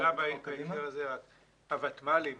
הוותמ"לים